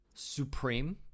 Supreme